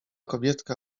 kobietka